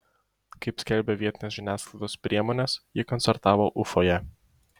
kaip skelbia vietinės žiniasklaidos priemonės ji koncertavo ufoje